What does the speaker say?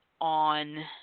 on